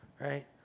right